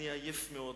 אני עייף מאוד'."